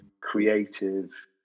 creative